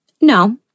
No